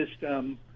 system